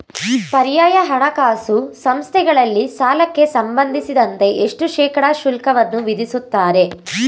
ಪರ್ಯಾಯ ಹಣಕಾಸು ಸಂಸ್ಥೆಗಳಲ್ಲಿ ಸಾಲಕ್ಕೆ ಸಂಬಂಧಿಸಿದಂತೆ ಎಷ್ಟು ಶೇಕಡಾ ಶುಲ್ಕವನ್ನು ವಿಧಿಸುತ್ತಾರೆ?